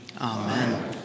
Amen